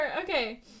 Okay